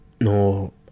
no